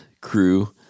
crew